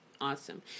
Awesome